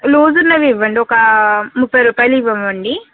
loose ఉన్నవి ఇవ్వండి ఒక ముప్పై రూపాయలవి ఇవ్వండి